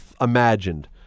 imagined